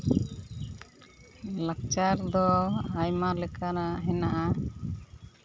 ᱞᱟᱠᱪᱟᱨ ᱫᱚ ᱟᱭᱢᱟ ᱞᱮᱠᱟᱱᱟᱜ ᱦᱮᱱᱟᱜᱼᱟ